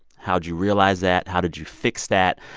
how'd you realize that? how did you fix that?